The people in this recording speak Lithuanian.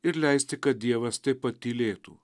ir leisti kad dievas taip pat tylėtų